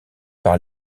par